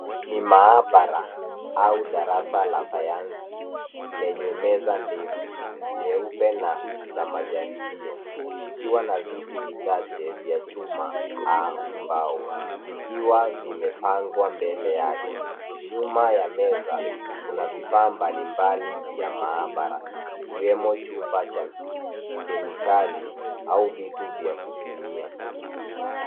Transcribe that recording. Ni maabara au darasa la sayansi lenye meza ndefu nyeupe na za majaribio zikiwa na viti vichache vya chuma au mbao vikiwa vimepangwa mbele yake. Nyuma ya meza kuna vifaa mbalimbali vya maabara ikiwemo chupa cha kemikali au vitu vya kupimia.